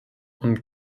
und